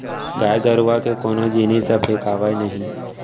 गाय गरूवा के कोनो जिनिस ह फेकावय नही